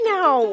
now